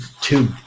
two